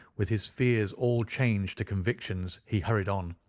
with his fears all changed to convictions, he hurried on.